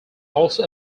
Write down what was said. also